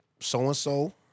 so-and-so